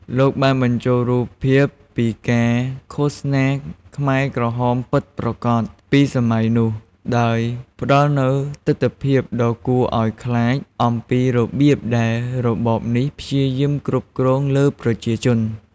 លោកបានបញ្ចូលរូបភាពពីការ ឃោសនាខ្មែរក្រហមពិតប្រាកដ ពីសម័យនោះ ដោយផ្តល់នូវទិដ្ឋភាពដ៏គួរឱ្យខ្លាចអំពីរបៀបដែលរបបនេះព្យាយាមគ្រប់គ្រងលើប្រជាជន។